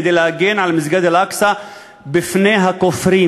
כדי להגן על מסגד אל-אקצא בפני הכופרים.